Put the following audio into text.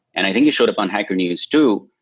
and i think he showed up on hacker news too,